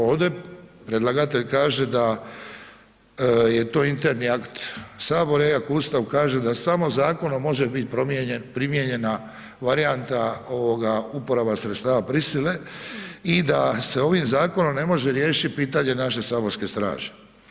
Ovdje predlagatelj kaže da je to interni akt Sabora iako Ustav kaže da samo zakonom može biti promijenjen, primijenjena varijanta ovoga, uporaba sredstava prisile i da se ovim zakonom ne može riješiti pitanje naše Saborske straže.